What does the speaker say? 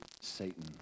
Satan